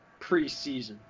preseason